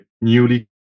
newly